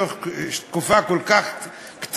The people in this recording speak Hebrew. תוך תקופה כל כך קצרה,